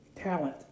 talent